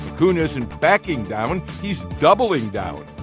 kuhn isn't backing down. he's doubling down.